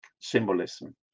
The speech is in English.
symbolism